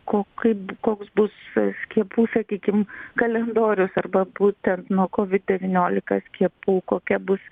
ko kaip koks bus skiepų sakykim kalendorius arba būtent nuo covid devyniolika skiepų kokia bus